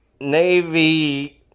Navy